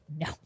No